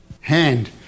hand